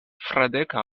fradeko